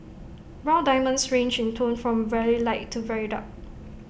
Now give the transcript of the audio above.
brown diamonds range in tone from very light to very dark